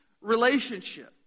relationship